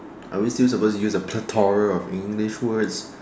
are we still supposed to use a plethora of English words